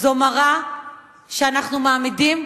זו מראה שאנחנו מעמידים,